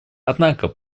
однако